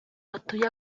batuye